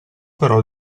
però